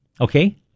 Okay